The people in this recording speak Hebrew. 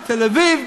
בתל-אביב,